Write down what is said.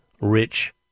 rich